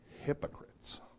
hypocrites